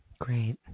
Great